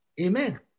Amen